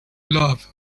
love